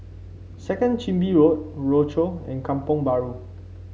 Second Chin Bee Road Rochor and Kampong Bahru